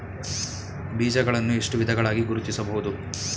ಬೀಜಗಳನ್ನು ಎಷ್ಟು ವಿಧಗಳಾಗಿ ಗುರುತಿಸಬಹುದು?